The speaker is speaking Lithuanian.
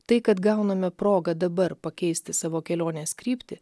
tai kad gauname progą dabar pakeisti savo kelionės kryptį